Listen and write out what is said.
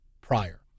prior